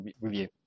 review